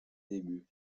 débuts